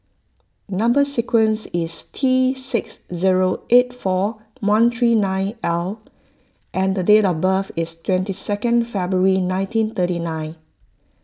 Number Sequence is T six zero eight four one three nine L and the date of birth is twenty second February nineteen thirty nine